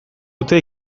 dute